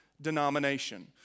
denomination